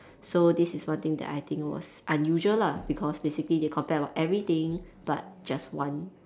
so this is one thing that I think was unusual lah because basically they compare about everything but just one